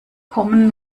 kommen